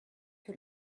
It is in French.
que